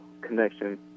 connection